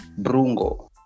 brungo